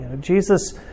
Jesus